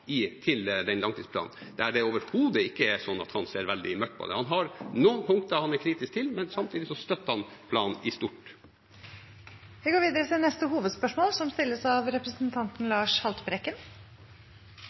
til den langtidsplanen, der det overhodet ikke er sånn at han ser veldig mørkt på det. Han har noen punkter han er kritisk til, men samtidig støtter han planen i stort. Vi går videre til neste hovedspørsmål.